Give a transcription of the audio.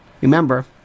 Remember